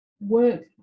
work